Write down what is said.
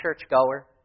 churchgoer